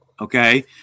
okay